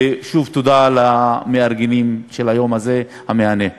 ושוב, תודה למארגנים של היום הזה, המהנה.